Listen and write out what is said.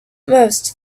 most